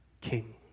king